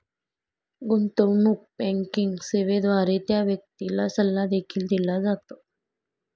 गुंतवणूक बँकिंग सेवेद्वारे त्या व्यक्तीला सल्ला देखील दिला जातो